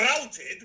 Routed